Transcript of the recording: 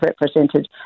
represented